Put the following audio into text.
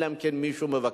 אלא אם כן מישהו מבקש,